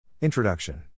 Introduction